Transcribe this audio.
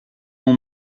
mon